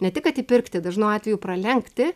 ne tik kad įpirkti dažnu atveju pralenkti